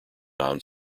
non